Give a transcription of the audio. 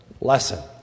lesson